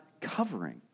covering